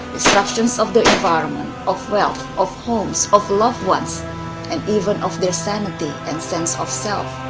destructions of the environment, of wealth, of homes, of loved ones and even of their sanity and sense of self.